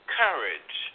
courage